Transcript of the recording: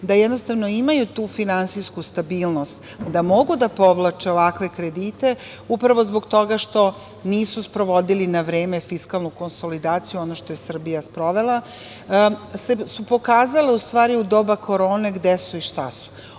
da jednostavno imaju tu finansijsku stabilnost da mogu da povlače ovakve kredite upravo zbog toga što nisu sprovodili na vreme fiskalnu konsolidaciju, ono što je Srbija sprovela, su pokazale u stvari u doba korone gde su i šta su. Oni